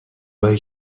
باری